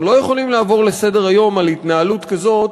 אנחנו לא יכולים לעבור לסדר-היום על התנהגות כזאת,